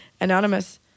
Anonymous